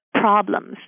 problems